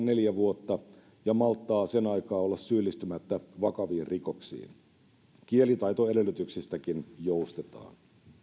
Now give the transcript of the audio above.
neljä vuotta ja malttaa sen aikaa olla syyllistymättä vakaviin rikoksiin kielitaitoedellytyksistäkin joustetaan